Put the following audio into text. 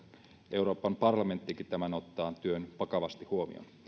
euroopan parlamenttikin ottaa tämän työn vakavasti huomioon